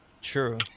True